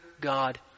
God